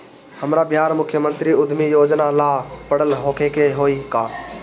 हमरा बिहार मुख्यमंत्री उद्यमी योजना ला पढ़ल होखे के होई का?